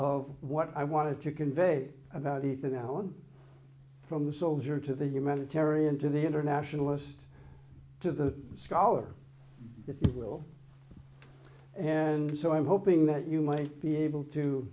of what i wanted to convey about ethan allen from the soldier to the humanitarian to the internationalist to the scholar if you will and so i'm hoping that you might be able to